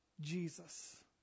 Jesus